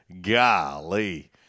Golly